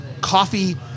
coffee